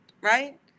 right